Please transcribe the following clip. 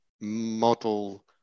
model